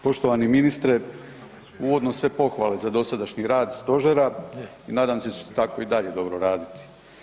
Poštovani ministre, uvodno sve pohvale za dosadašnji rad stožera, nadam se da će tako i dalje dobro raditi.